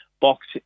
box